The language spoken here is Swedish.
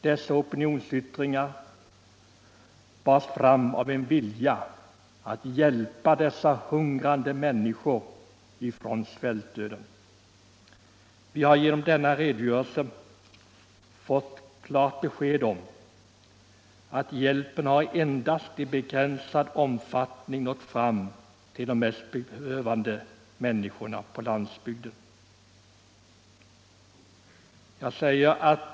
Dessa opinionsyttringar bars fram av en vilja av att hjälpa de hungrande människorna i Bangladesh från svältdöden. Vi har genom statsrådets redogörelse fått klart besked om att hjälpen endast i begränsad omfattning nått fram till de mest behövande människorna på landsbygden.